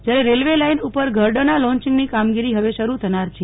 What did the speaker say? જ્યારે railway line ઉપર ગર્ડરના લોન્ચીંગની કામગીરી હવે શરૂ થનાર છે